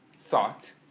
thought